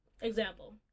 example